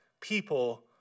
people